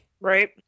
Right